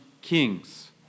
kings